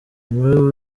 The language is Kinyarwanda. inkuru